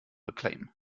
acclaim